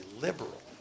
liberal